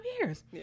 years